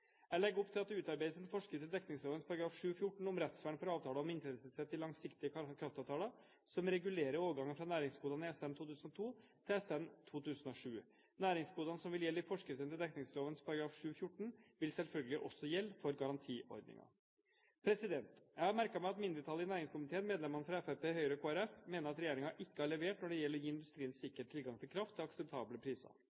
Jeg legger opp til at det utarbeides en forskrift til dekningsloven § 7-14 om rettsvern for avtaler om inntredelsesrett i langsiktige kraftavtaler som regulerer overgangen fra næringskodene i SN2002 til SN2007. Næringskodene som vil gjelde i forskriften til dekningsloven § 7-14, vil selvfølgelig også gjelde for garantiordningen. Jeg har merket meg at mindretallet i næringskomiteen, medlemmene fra Fremskrittspartiet, Høyre og Kristelig Folkeparti, mener at regjeringen ikke har levert når det gjelder å gi industrien